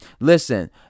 listen